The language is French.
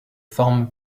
forme